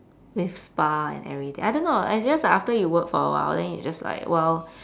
with spa and everything I don't know I guess like after you work for a while then you just like well